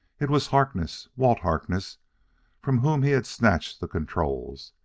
it was harkness walt harkness from whom he had snatched the controls.